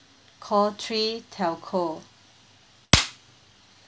call three telco